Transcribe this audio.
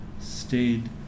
stayed